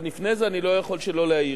אבל לפני זה, אני לא יכול שלא להעיר: